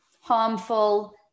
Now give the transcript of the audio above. harmful